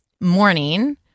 morning